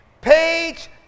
page